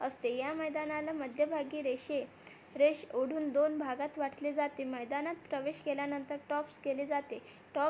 असते या मैदानाला मध्यभागी रेषेत रेष ओढून दोन भागात वाटले जाते मैदानात प्रवेश केल्यानंतर टॉप्स केले जाते टॉप्स